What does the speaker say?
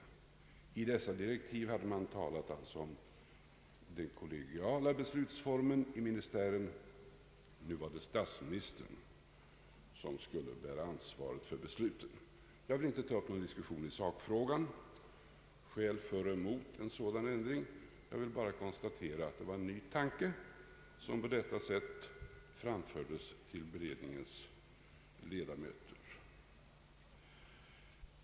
I dessa direktiv hade det talats om den kollegiala beslutsformen i mi nistären. Nu var det statsministern som skulle bära ansvaret för besluten. Jag vill inte ta upp någon diskussion i sakfrågan — skäl för och emot en sådan ändring — utan jag vill bara konstatera att det var en ny tanke som på detta sätt framfördes till beredningens ledamöter.